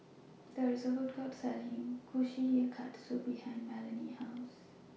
There IS A Food Court Selling Kushikatsu behind Melony's House